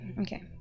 Okay